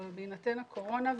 אבל בהינתן הקורונה,